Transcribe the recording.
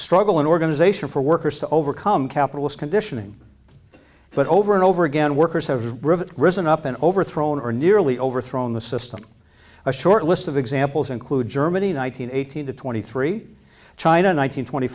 struggle an organization for workers to overcome capitalist conditioning but over and over again workers have risen up and overthrown or nearly overthrown the system a short list of examples include germany nine hundred eighteen to twenty three china nine hundred twenty